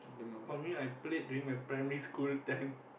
for me I played during my primary school time